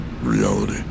reality